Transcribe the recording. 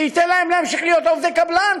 שייתן להם להמשיך להיות עובדי קבלן,